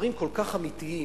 בדברים כל כך אמיתיים,